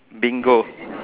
bingo